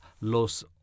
Los